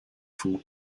from